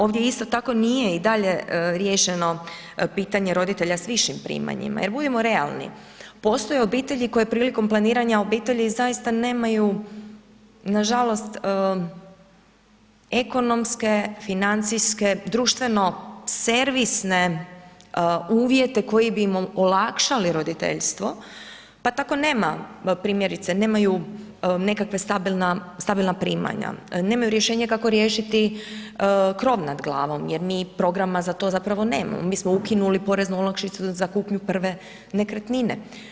Ovdje isto tako nije i dalje riješeno pitanje roditelja s višim primanjima jer budimo realni, postoje obitelji koje prilikom planiranja obitelji zaista nemaju nažalost ekonomske, financijske, društveno-servisne uvjete koji bi im olakšali roditeljstvo pa tako nema primjerice, nemaju nekakva stabilna primanja, nemaju rješenje kako riješiti krov nad glavom jer mi programa za to zapravo nemamo, mi smo ukinuli poreznu olakšicu za kupnju prve nekretnine.